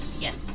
Yes